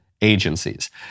agencies